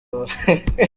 bubakiwe